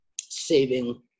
saving